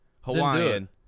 Hawaiian